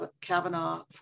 Kavanaugh